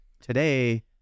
today